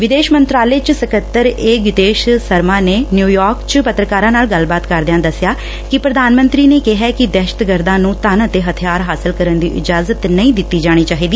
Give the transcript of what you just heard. ਵਿਦੇਸ਼ ਮੰਤਰਾਲੇ ਚ ਸਕੱਤਰ ਏ ਗਿਤੇਸ਼ ਸ਼ਰਮਾ ਨੇ ਨਿਉਯਾਰਕ ਚ ਪੱਤਰਕਾਰਾਂ ਨਾਲ ਗੱਲਬਾਤ ਕਰਦਿਆਂ ਦਸਿਆ ਕਿ ਪ੍ਰਧਾਨ ਮੰਤਰੀ ਨੇ ਕਿਹਾ ਕਿ ਦਹਿਸ਼ਤਗਰਦਾਂ ਨੂੂੰ ਧਨ ਅਤੇ ਹਥਿਆਰ ਹਾਸਲ ਕਰਨ ਦੀ ਇਜਾਜਤ ਨਹੀਂ ਦਿੱਤੀ ਜਾਣੀ ਚਾਹੀਦੀ